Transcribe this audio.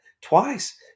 twice